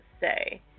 say